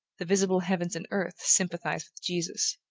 the visible heavens and earth sympathize with jesus.